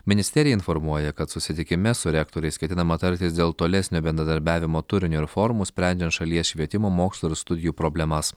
ministerija informuoja kad susitikime su rektoriais ketinama tartis dėl tolesnio bendradarbiavimo turinio ir formų sprendžiant šalies švietimo mokslo ir studijų problemas